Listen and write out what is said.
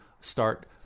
start